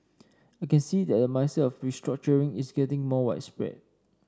I can see that the mindset of restructuring is getting more widespread